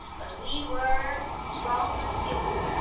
but we were strong and skilful,